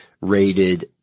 rated